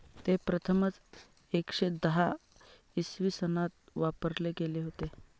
ते प्रथमच एकशे दहा इसवी सनात वापरले गेले होते